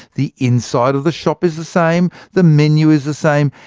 the inside of the shop is the same, the menu is the same,